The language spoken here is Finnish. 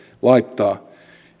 laittaa